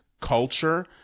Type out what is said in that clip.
culture